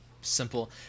simple